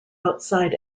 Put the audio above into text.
outside